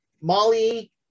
molly